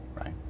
Right